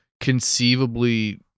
conceivably